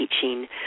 Teaching